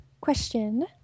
question